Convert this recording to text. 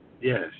Yes